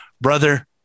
Brother